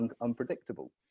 unpredictable